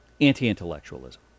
anti-intellectualism